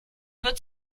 wird